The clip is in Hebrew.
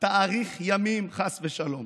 תאריך ימים, חס ושלום.